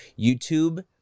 YouTube